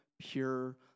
pure